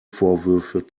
vorwürfe